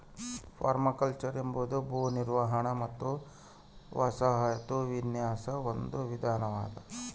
permaculture ಎಂಬುದು ಭೂ ನಿರ್ವಹಣೆ ಮತ್ತು ವಸಾಹತು ವಿನ್ಯಾಸದ ಒಂದು ವಿಧಾನವಾಗೆದ